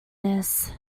this